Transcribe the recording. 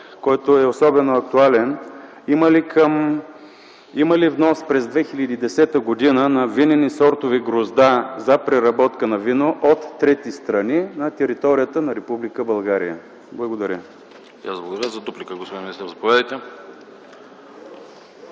който е особено актуален: има ли внос през 2010 г. на винени сортове грозда за преработка на вино от трети страни на територията на Република България? Благодаря.